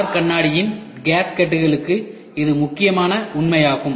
car கண்ணாடியின் கேஸ்கட்களுக்கு இது முக்கியமாக உண்மையாகும்